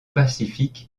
pacifique